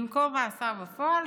במקום "מאסר בפועל",